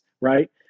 Right